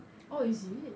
oh is it